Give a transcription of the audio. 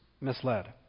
misled